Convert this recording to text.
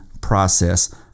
process